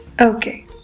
Okay